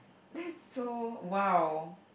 that's so !wow!